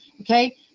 Okay